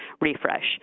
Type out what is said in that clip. refresh